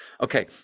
Okay